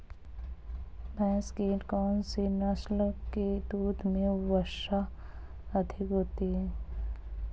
भैंस की कौनसी नस्ल के दूध में वसा अधिक होती है?